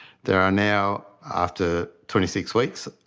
there are now, after twenty six weeks,